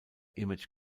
image